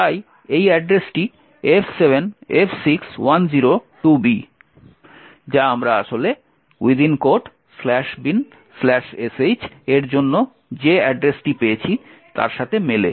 তাই এই অ্যাড্রেসটি F7F6102B যা আমরা আসলে binsh এর জন্য যে ঠিকানাটি পেয়েছি তার সাথে মেলে